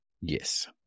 yes